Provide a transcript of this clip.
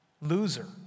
Loser